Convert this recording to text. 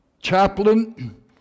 Chaplain